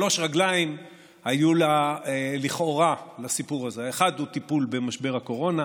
שלוש רגליים היו לכאורה לסיפור הזה: האחת היא טיפול במשבר הקורונה,